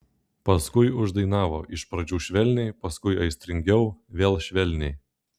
paskui uždainavo iš pradžių švelniai paskui aistringiau vėl švelniai